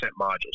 modules